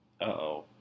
Uh-oh